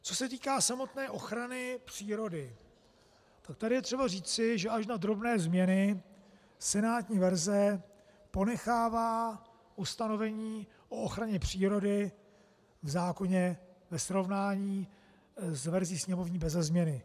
Co se týká samotné ochrany přírody, tady je třeba říci, že až na drobné změny senátní verze ponechává ustanovení o ochraně přírody v zákoně ve srovnání s verzí sněmovní beze změny.